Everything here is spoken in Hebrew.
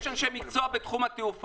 אני חושב שיש אנשי מקצוע בתחום התעופה,